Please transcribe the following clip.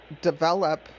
develop